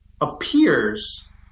appears